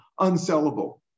unsellable